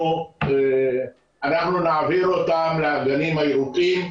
אנחנו נעביר אותם לאגנים הירוקים,